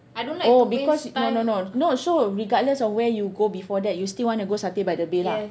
oh because no no no no so regardless of where you go before that you still wanna go satay by the bay lah